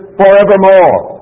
forevermore